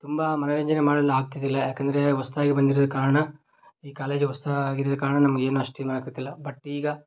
ತುಂಬ ಮನರಂಜನೆ ಮಾಡಲು ಆಗ್ತಿದ್ದಿಲ್ಲ ಯಾಕೆಂದ್ರೆ ಹೊಸ್ದಾಗಿ ಬಂದಿರುವ ಕಾರಣ ಈ ಕಾಲೇಜು ಹೊಸ್ದಾಗಿ ಇರೋ ಕಾರಣ ನಮಗೆ ಏನೋ ಅಷ್ಟು ಇದು ಆಗತಿಲ್ಲ ಬಟ್ ಈಗ